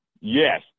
Yes